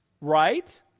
Right